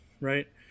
Right